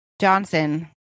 Johnson